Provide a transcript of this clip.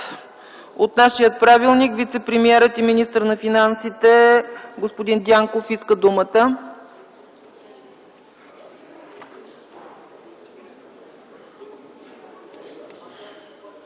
от нашия правилник вицепремиерът и министър на финансите господин Дянков иска думата.